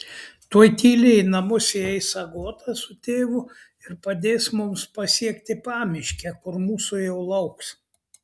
tuoj tyliai į namus įeis agota su tėvu ir padės mums pasiekti pamiškę kur mūsų jau lauks